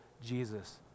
Jesus